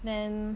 then